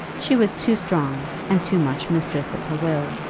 she was too strong, and too much mistress of her will,